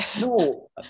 No